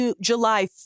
July